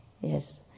yes